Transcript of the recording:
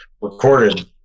recorded